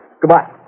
goodbye